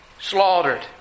slaughtered